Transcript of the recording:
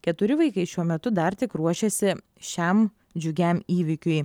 keturi vaikai šiuo metu dar tik ruošiasi šiam džiugiam įvykiui